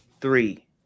three